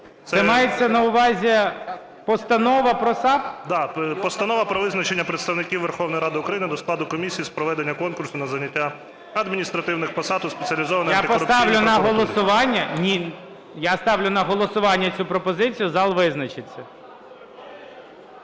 Це мається на увазі Постанова про САП? КОРНІЄНКО О.С. Да, Постанова про визначення представників Верховної Ради України до складу комісії з проведення конкурсу на зайняття адміністративних посад у Спеціалізованій антикорупційній прокуратурі. ГОЛОВУЮЧИЙ. Я ставлю на голосування цю пропозицію, зал визначиться.